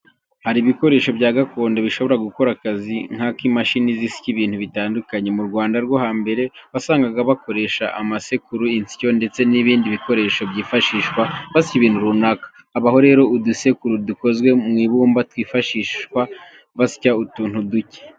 Hari ibikoresho bya gakondo bishobora gukora akazi nk'ak'imashini zisya ibintu bitandukanye. Mu Rwanda rwo hambere wasangaga bakoresha amasekuru, insyo ndetse n'ibindi bikoresho byifashishwa basya ibintu runaka. Habaho rero udusekuru dukozwe mu ibumba twifashishwa basya utuntu duke.